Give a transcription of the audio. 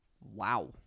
Wow